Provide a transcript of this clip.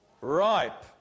Ripe